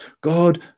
God